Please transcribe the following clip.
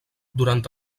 durant